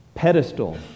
pedestal